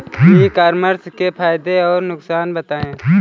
ई commerce के फायदे और नुकसान बताएँ?